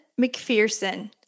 McPherson